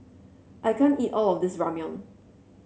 I can't eat all of this Ramyeon